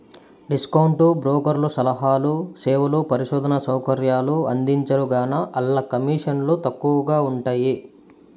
discount బ్రోకర్లు సలహాలు, సేవలు, పరిశోధనా సౌకర్యాలు అందించరుగాన, ఆల్ల కమీసన్లు తక్కవగా ఉంటయ్యి